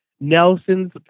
Nelson's